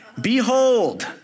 behold